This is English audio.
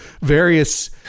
various